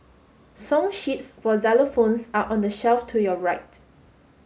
song sheets for xylophones are on the shelf to your right